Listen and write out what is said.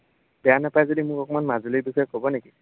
বেয়া নাপায় যদি মোক অকণমান মাজুলীৰ বিষয়ে ক'ব নেকি